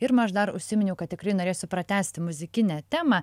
irma aš dar užsiminiau kad tikrai norėsiu pratęsti muzikinę temą